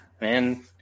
man